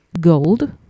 gold